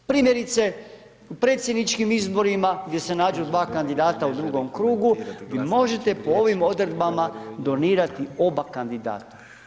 Primjerice, u predsjedničkim izborima gdje se nađu dva kandidata u drugom krugu, vi možete po ovim odredbama donirat oba kandidata.